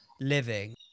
living